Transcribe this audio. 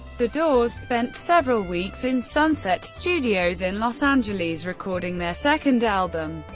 the doors spent several weeks in sunset studios in los angeles recording their second album,